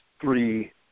three